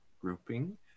grouping